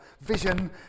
vision